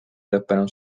lõppenud